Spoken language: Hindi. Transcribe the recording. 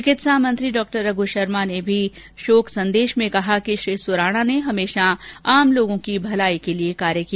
चिकित्सा मंत्री डॉ रघ् शर्मा ने भी अपने शोक संदेश में कहा कि श्री सुराणा ने हमेशा आम लोगों की भलाई के लिए कार्य किया